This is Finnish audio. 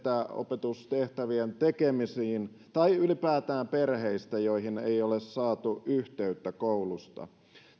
etäopetustehtävien tekemisiin tai ylipäätään perheistä joihin ei ole saatu yhteyttä koulusta